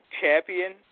champion